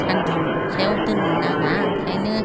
सान्दुं अखायाव दोननो नाङा ओंखायनो